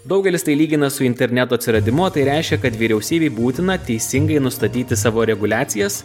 daugelis tai lygina su interneto atsiradimu tai reiškia kad vyriausybei būtina teisingai nustatyti savo reguliacijas